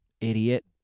idiot